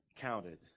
counted